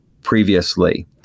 previously